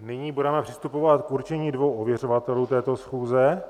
Nyní budeme přistupovat k určení dvou ověřovatelů této schůze.